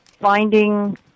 finding